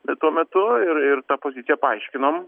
bet tuo metu ir ir tą poziciją paaiškinom